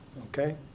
okay